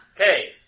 Okay